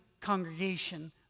congregation